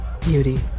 Beauty